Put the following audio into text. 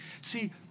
See